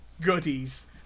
goodies